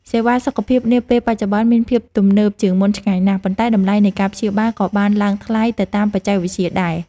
សេវាសុខភាពនាពេលបច្ចុប្បន្នមានភាពទំនើបជាងមុនឆ្ងាយណាស់ ប៉ុន្តែតម្លៃនៃការព្យាបាលក៏បានឡើងថ្លៃទៅតាមបច្ចេកវិទ្យាដែរ។